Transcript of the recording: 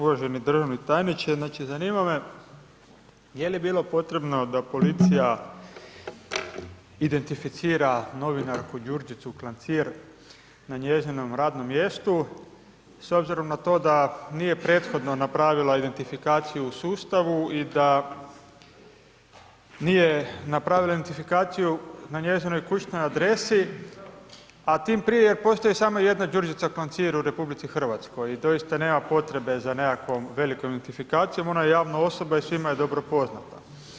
Uvaženi državni tajniče, znači, zanima me je li bilo potrebo da policija identificira novinarku Đurđicu Klancir na njezinom radnom mjestu s obzirom na to da nije prethodno napravila identifikaciju u sustavu i da nije napravila identifikaciju na kućnoj adresi, a tim prije jer postoji samo jedna Đurđica Klancir u RH i doista nema potrebe za nekakvom identifikacijom, ona je javna osoba i svima je dobro poznata.